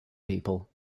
people